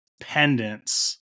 pendants